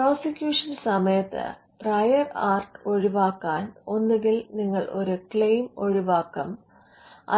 പ്രോസിക്യൂഷന്റെ സമയത്ത് prior art ഒഴിവാക്കാൻ ഒന്നുകിൽ നിങ്ങൾ ഒരു ക്ലെയിം ഒഴിവാവാക്കും